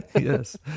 Yes